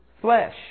flesh